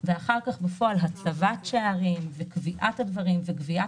ואחר כך בפועל את הצבת שערים וקביעת הדברים וגביית